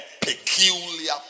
peculiar